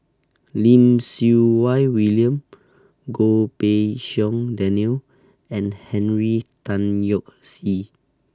Lim Siew Wai William Goh Pei Siong Daniel and Henry Tan Yoke See